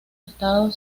estado